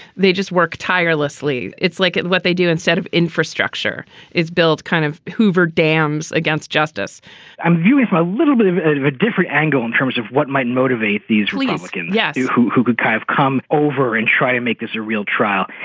they just work tirelessly. it's like what they do instead of infrastructure is built kind of hoover dams against justice i'm viewing for a little bit of a of a different angle in terms of what might motivate these reskin. yes. who who could kind of come over and try to make this a real trial?